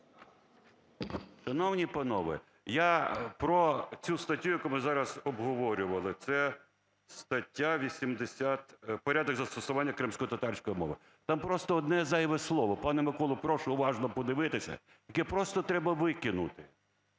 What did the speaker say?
Шановні панове! Я про цю статтю, яку ми зараз обговорювали. Це стаття 80… порядок застосування кримськотатарської мови. Там просто одне зайве слово, пане Миколо, прошу уважно подивитися, яке просто треба викинути.